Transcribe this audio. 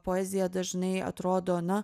poezija dažnai atrodo na